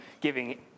giving